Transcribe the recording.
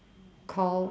call